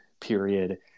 period